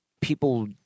people